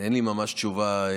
ואין לי ממש תשובה.